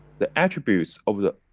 the attributes of the,